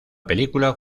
película